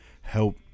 help